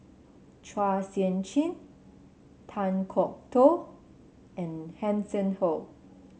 Chua Sian Chin Kan Kwok Toh and Hanson Ho